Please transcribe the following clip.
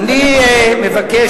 אני מבקש,